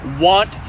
want